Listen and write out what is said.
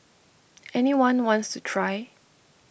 any one wants try